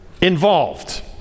involved